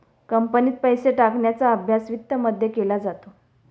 कंपनीत पैसे टाकण्याचा अभ्यास वित्तमध्ये केला जातो